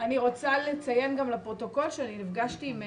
אני חושב שזה סביר.